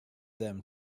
them